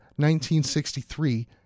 1963